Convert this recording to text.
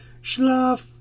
Schlaf